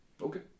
Okay